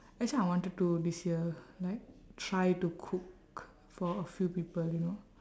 actually I wanted to this year like try to cook for a few people you know